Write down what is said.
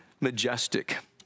majestic